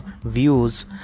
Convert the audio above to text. views